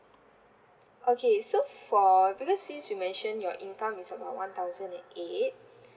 okay so for because since you mentioned your income is about one thousand and eight